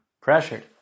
pressured